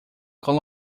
con